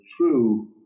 true